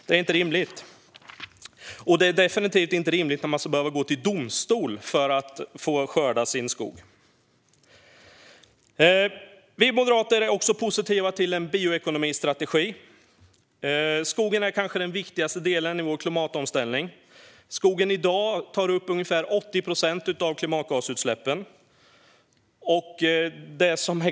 Det är definitivt inte heller rimligt att man ska behöva gå till domstol för att få skörda sin skog. Vi moderater är också positiva till en bioekonomistrategi. Skogen är den kanske viktigaste delen i vår klimatomställning och tar i dag upp ungefär 80 procent av klimatgasutsläppen.